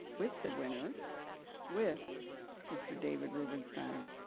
with the winners with mr. david rubenstein.